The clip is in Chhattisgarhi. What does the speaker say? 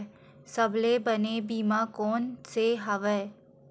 सबले बने बीमा कोन से हवय?